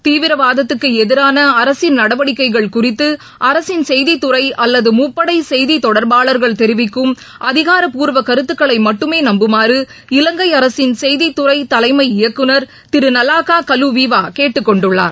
தீவிரவாதத்துக்குஎதிரானஅரசின் நடவடிக்கைகள் குறித்துஅரசின் செய்தித்துறைஅல்லதுமுப்படைசெய்திதொடர்பாளர்கள் தெரிவிக்கும் அதிகாரப்பூர்வகருத்துக்களைமட்டுமேநம்புமாறு இலங்கைஅரசின் செய்தித்துறைதலைமை இயக்குநர் திருநலாக்காகலுவீவாகேட்டுக் கொண்டுள்ளார்